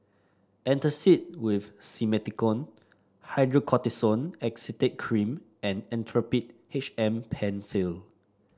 Antacid with Simethicone Hydrocortisone Acetate Cream and Actrapid H M Penfill